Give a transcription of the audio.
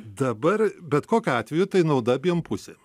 dabar bet kokiu atveju tai nauda abiem pusėm